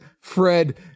Fred